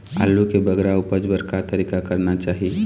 आलू के बगरा उपज बर का तरीका करना चाही?